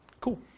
Cool